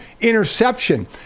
interception